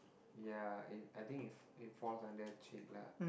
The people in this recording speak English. ya it I think it it falls under cheek lah